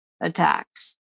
attacks